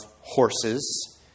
horses